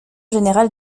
général